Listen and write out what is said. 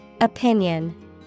Opinion